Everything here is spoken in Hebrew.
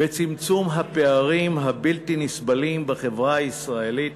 בצמצום הפערים הבלתי-נסבלים בחברה הישראלית,